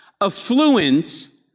Affluence